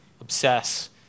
obsess